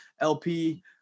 LP